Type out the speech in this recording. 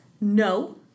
No